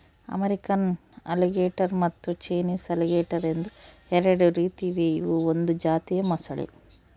American alligator ಮತ್ತು Chinese alligator ಎಂದು ಎರಡು ರೀತಿ ಇವೆ ಇವು ಒಂದು ಜಾತಿಯ ಮೊಸಳೆ